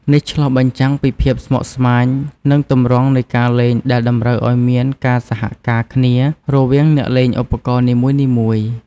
នេះឆ្លុះបញ្ចាំងពីភាពស្មុគស្មាញ និងទម្រង់នៃការលេងដែលតម្រូវឱ្យមានការសហការគ្នារវាងអ្នកលេងឧបករណ៍នីមួយៗ។